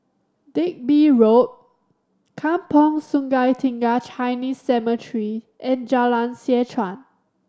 Digby Road Kampong Sungai Tiga Chinese Cemetery and Jalan Seh Chuan